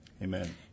Amen